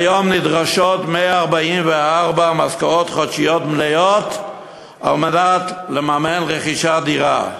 כיום נדרשות 144 משכורות חודשיות מלאות כדי לממן רכישת דירה.